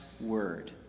word